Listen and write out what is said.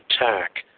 attack